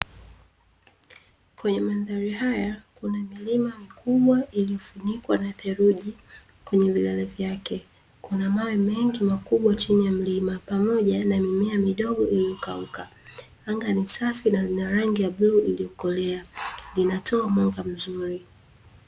Kwenye mandhari haya kuna milima mikubwa iliyofunikwa na theluji kwenye vilele vyake, kuna mawe mengi makubwa chini ya mlima pamoja na mimea midogo iliyokauka. Anga ni safi na lina rangi ya bluu iliyokolea, linatoa mwanga mzuri.